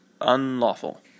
unlawful